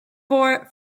four